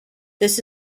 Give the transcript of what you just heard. this